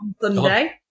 Sunday